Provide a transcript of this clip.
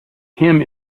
him